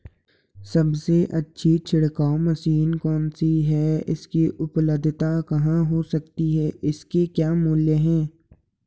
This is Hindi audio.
सबसे अच्छी छिड़काव मशीन कौन सी है इसकी उपलधता कहाँ हो सकती है इसके क्या मूल्य हैं?